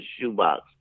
shoebox